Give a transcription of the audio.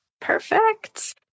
Perfect